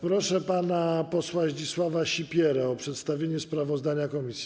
Proszę pana posła Zdzisława Sipierę o przedstawienie sprawozdania komisji.